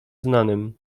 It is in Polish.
znanym